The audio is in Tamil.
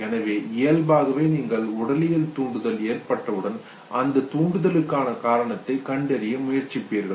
எனவே இயல்பாகவே நீங்கள் உடலியல் தூண்டுதல் ஏற்பட்டவுடன் அந்த தூண்டுதலுக்குகாண காரணத்தைக் கண்டறிய முயற்சிப்பீர்கள்